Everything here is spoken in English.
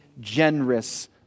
generous